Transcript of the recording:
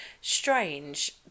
strange